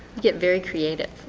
get very creative.